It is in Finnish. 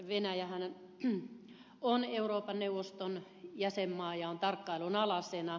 venäjähän on euroopan neuvoston jäsenmaa ja on tarkkailun alaisena